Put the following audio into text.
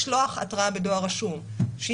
הדבר הראשון שהוא